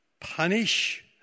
punish